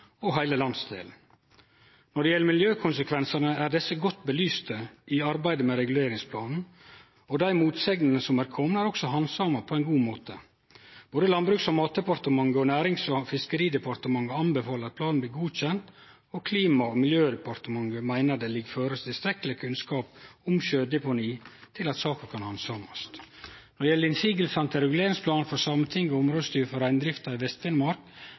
og heile landsdelen. Når det gjeld miljøkonsekvensane, er desse godt belyste i arbeidet med reguleringsplanen, og dei motsegnene som er komne, er også handsama på ein god måte. Både Landbruks- og matdepartementet og Nærings- og fiskeridepartementet anbefaler at planen blir godkjend, og Klima- og miljødepartementet meiner det ligg føre tilstrekkeleg kunnskap om sjødeponi til at saka kan handsamast. Når det gjeld innvendingane til reguleringsplanen frå Sametinget og Områdestyret for reindrift i Vest-Finnmark med omsyn til reindrifta i